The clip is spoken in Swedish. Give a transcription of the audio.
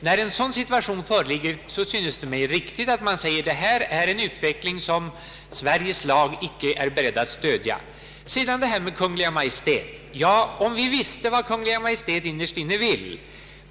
Det synes mig riktigt att i den här situationen säga, att detta är en utveckling som Sveriges lag icke är beredd att stödja. Om vi visste vad Kungl. Maj:t innerst inne vill!